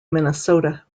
minnesota